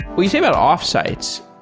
when you think about offsites,